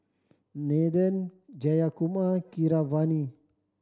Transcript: Nathan Jayakumar Keeravani